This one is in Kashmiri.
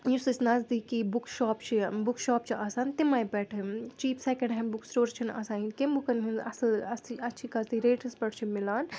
یُس اَسہِ نٔزدیٖکی بُک شاپ چھُ بُک شاپ چھُ آسان تَمے پؠٹھ cheap second hand book store چھُنہٕ آسان کیٚنٛہہ بُکَن ہُنٛد اَصٕل اصلی اچھی خاصٕے ریٹَس پؠٹھ چھُنہٕ میلان